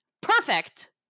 perfect